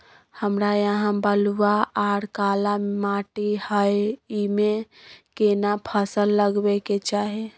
हमरा यहाँ बलूआ आर काला माटी हय ईमे केना फसल लगबै के चाही?